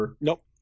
Nope